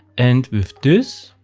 and with this,